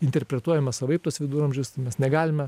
interpretuojame savaip tuos viduramžius mes negalime